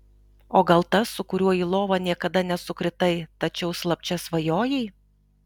o gal tas su kuriuo į lovą niekada nesukritai tačiau slapčia svajojai